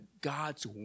God's